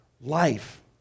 life